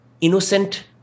innocent